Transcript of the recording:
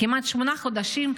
כמעט שמונה חודשים,